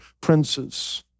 princes